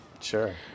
Sure